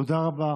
תודה רבה